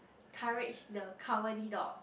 courage the cowardly dog